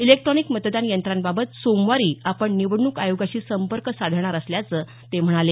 electronic मतदान यंत्रांबाबत सोमवारी आपण निवडणूक आयोगाशी संपर्क साधणार असल्याचं ते म्हणाले